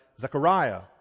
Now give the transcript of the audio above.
Zechariah